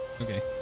Okay